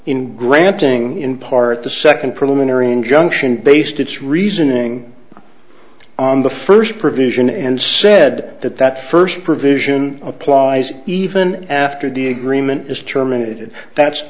in granting in part the second preliminary injunction based its reasoning on the first provision and said that that first provision applies even after the agreement is terminated that's